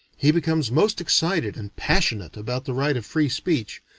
he becomes most excited and passionate about the right of free speech,